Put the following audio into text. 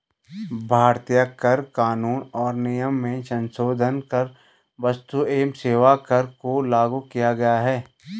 भारतीय कर कानून और नियम में संसोधन कर क्स्तु एवं सेवा कर को लागू किया गया है